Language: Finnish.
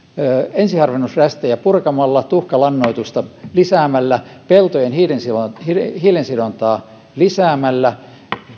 ensiharvennusrästejä purkamalla tuhkalannoitusta lisäämällä peltojen hiilensidontaa lisäämällä